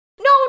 no